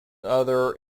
other